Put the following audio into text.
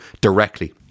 directly